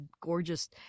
gorgeous